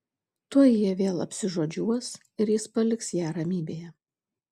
tuoj jie vėl apsižodžiuos ir jis paliks ją ramybėje